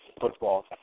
football